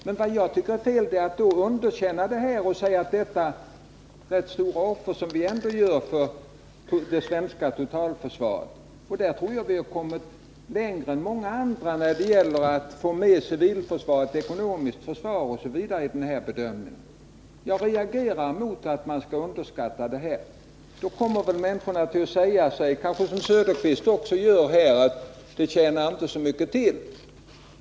Då tycker jag det är fel att underk: i fortsättningen änna det rätt stora offer som vi ändå gör för det svenska totalförsvaret. Jag tror att vi kommit längre än många andra när det gäller att få med civilförsvaret och det ekonomiska försvaret i samverkan inom totalförsvaret. Jag reagerar mot att man underskattar detta. En del människor kommer väl att säga sig, som Oswald Söderqvist gör här, att det tjänar inte så mycket till.